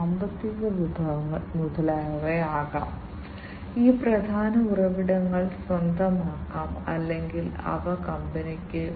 അതിനാൽ വ്യാവസായിക സെൻസിംഗിനെക്കുറിച്ച് നമ്മൾ സംസാരിക്കുമ്പോൾ ഈ പരമ്പരാഗത സെൻസറുകൾ വളരെക്കാലമായി നിലവിലുണ്ട്